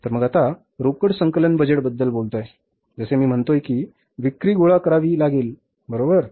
तर मग आता आपण रोकड संकलन बजेटबद्दल बोलतोय जसे मी म्हणतोय की विक्री गोळा करावी लागेल बरोबर